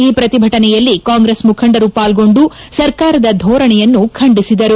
ಈ ಪ್ರತಿಭಟನೆಯಲ್ಲಿ ಕಾಂಗ್ರೆಸ್ ಮುಖಂಡರು ಪಾಲ್ಗೊಂಡು ಸರ್ಕಾರದ ಧೋರಣೆಯನ್ನು ಖಂಡಿಸಿದರು